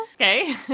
Okay